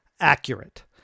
accurate